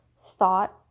thought